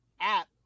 app